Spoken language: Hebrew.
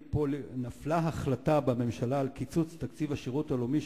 נפלה החלטה בממשלה על קיצוץ תקציב השירות הלאומי,